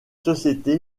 société